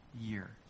year